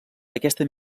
aquesta